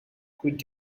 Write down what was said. could